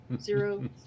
zero